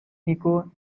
echo